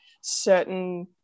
certain